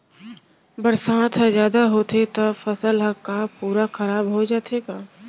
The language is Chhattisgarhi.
बरसात ह जादा होथे त फसल ह का पूरा खराब हो जाथे का?